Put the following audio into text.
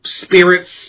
Spirits